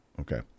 Okay